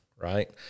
right